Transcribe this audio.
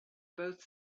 both